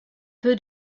peu